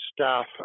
staff